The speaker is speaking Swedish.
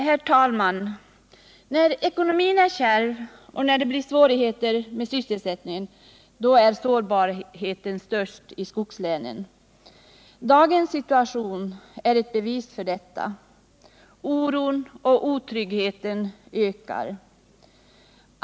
Herr talman! När ekonomin är kärv och när det blir svårigheter med sysselsättningen så är sårbarheten störst i skogslänen. Dagens situation är ett bevis för detta. Oron och otryggheten ökar.